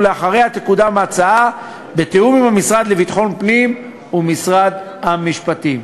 ולאחריה תקודם ההצעה בתיאום עם המשרד לביטחון פנים ומשרד המשפטים.